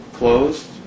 closed